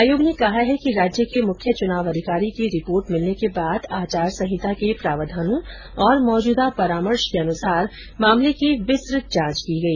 आयोग ने कहा है कि राज्य के मुख्य चुनाव अधिकारी की रिपोर्ट मिलने के बाद आचार संहिता के प्रावधानों और मौजूदा परामर्श के अनुसार मामले की विस्तृत जांच की गई